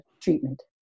treatment